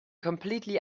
completely